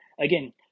again